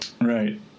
Right